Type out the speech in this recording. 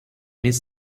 his